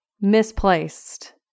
misplaced